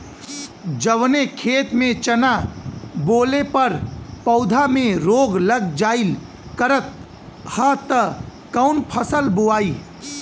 जवने खेत में चना बोअले पर पौधा में रोग लग जाईल करत ह त कवन फसल बोआई?